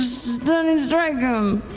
stunning strike him.